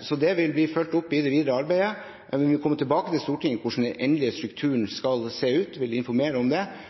Så det vil bli fulgt opp i det videre arbeidet, men vi vil komme tilbake til Stortinget med hvordan den endelige strukturen skal se ut, og informere om det.